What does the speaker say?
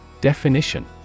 Definition